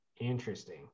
Interesting